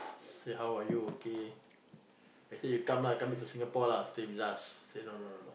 say how are you okay I say you come lah come to Singapore lah stay we us say no no no